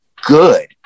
good